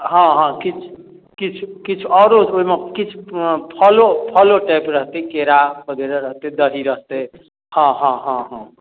हँ हँ किछु किछु किछु आओरो ओहिमे किछु फलो फलो टाइप रहतै केरा वगैरह रहतै दही रहतै हँ हँ हँ हँ